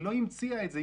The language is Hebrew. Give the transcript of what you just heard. היא לא המציאה את זה.